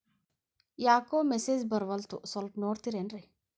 ಯಾಕೊ ಮೆಸೇಜ್ ಬರ್ವಲ್ತು ಸ್ವಲ್ಪ ನೋಡ್ತಿರೇನ್ರಿ?